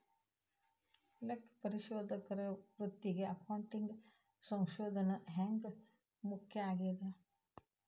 ಲೆಕ್ಕಪರಿಶೋಧಕರ ವೃತ್ತಿಗೆ ಅಕೌಂಟಿಂಗ್ ಸಂಶೋಧನ ಹ್ಯಾಂಗ್ ಮುಖ್ಯ ಆಗೇದ?